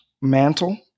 mantle